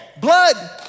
blood